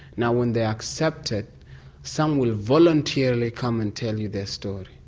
now when they are accepted some will voluntarily come and tell you their story.